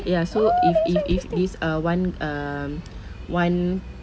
ya so if if if this uh one um one